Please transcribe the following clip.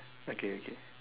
okay okay